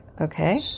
Okay